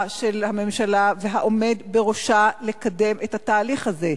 של הממשלה והעומד בראשה לקדם את התהליך הזה.